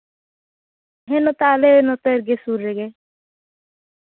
ᱡᱮ ᱦᱤᱞᱳᱜ ᱛᱟᱦᱞᱮ ᱱᱚᱛᱮᱜᱮ ᱥᱩᱨ ᱨᱮᱜᱮ